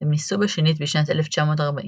הם נישאו בשנית בשנת 1940,